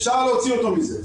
אפשר להוציא אותו מזה,